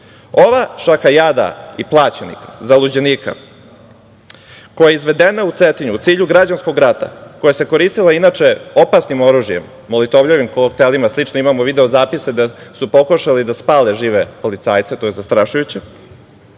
Ova šaka jada i plaćenika, zaluđenika koja je izvedena u Cetinju u cilju građanskog rata, koja se koristila inače, opasnim oružjem, molotovljevim koktelima, slične imamo video zapise da su pokušali da spale žive policajce, to je zastrašujuće,